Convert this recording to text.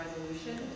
resolution